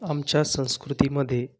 आमच्या संस्कृतीमध्ये